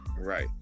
Right